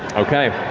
okay,